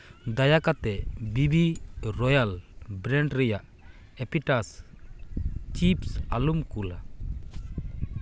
ᱫᱟᱭᱟ ᱠᱟᱛᱮᱫ B B royal brand ᱨᱮᱭᱟᱜ ᱮᱯᱤᱴᱟᱥ ᱪᱤᱯᱥ ᱟᱞᱚᱢ ᱠᱩᱞᱟ